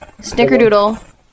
snickerdoodle